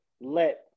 let